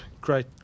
Great